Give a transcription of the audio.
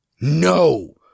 No